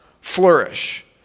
flourish